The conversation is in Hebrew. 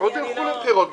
עוד ילכו לבחירות.